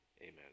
Amen